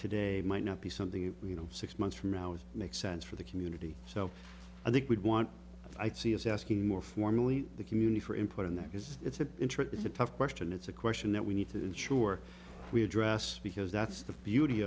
today might not be something you know six months from now it makes sense for the community so i think we'd want i see as asking more formally the community for input and that is it's an interesting tough question it's a question that we need to ensure we address because that's the beauty